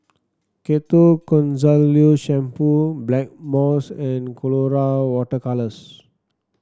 Ketoconazole Shampoo Blackmores and Colora Water Colours